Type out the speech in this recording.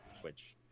Twitch